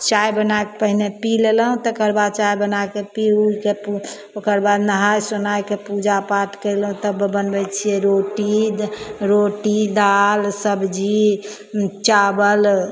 चाय बनाके पहिने पी लेलहुँ तकर बाद चाय बनाके पी उके ओकर बाद नहाय सुनायके पूजा पाठ कयलहुँ तब बनबय छियै रोटी रोटी दालि सब्जी चावल